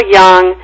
young